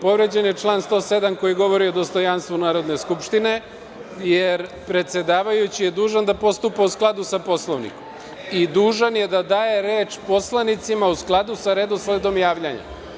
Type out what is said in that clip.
Povređen je član 107. koji govori o dostojanstvu Narodne skupštine jer predsedavajući je dužan da postupa u skladu sa Poslovnikom i dužan je da daje reč poslanicima u skladu sa redosledom javljanja.